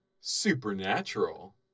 supernatural